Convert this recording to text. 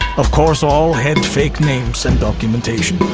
of course, all had fake names and documentation.